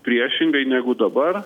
priešingai negu dabar